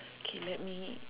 okay let me